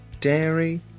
dairy